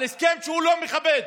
הסכם שהוא לא מכבד.